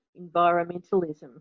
environmentalism